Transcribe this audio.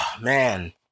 man